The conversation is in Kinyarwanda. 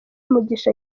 mugisha